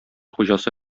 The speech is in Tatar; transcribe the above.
хуҗасы